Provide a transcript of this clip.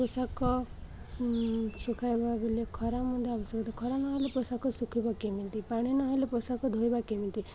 ପୋଷାକ ଶୁଖାଇବା ବେଳେ ଖରା ମଧ୍ୟ ଆବଶ୍ୟକତା ଖରା ନହେଲେ ପୋଷାକ ଶୁଖିବ କେମିତି ପାଣି ନହେଲେ ପୋଷାକ ଧୋଇବା କେମିତି